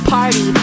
party